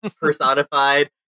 personified